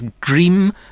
dream